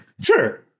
Sure